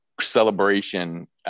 celebration